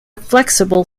flexible